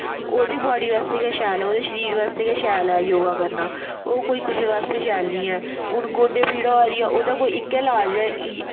ओह्दी बाॅड्डी आस्ते गै शैल ओहंदे शरीर आस्तै गै शैल ऐ योगा करना ओह् कोई कुसै आस्तै शैल नेईं ऐ हून गोडे पीडां होआ दियां ओह्दा कोई इक्के इलाज ऐ